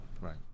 right